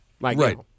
Right